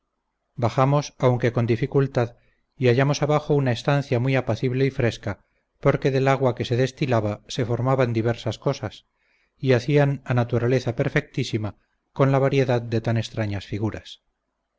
bajamos aunque con dificultad y hallamos abajo una estancia muy apacible y fresca porque del agua que se destilaba se formaban diversas cosas y hacían a naturaleza perfectísima con la variedad de tan extrañas figuras